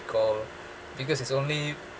~call because it's only